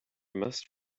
must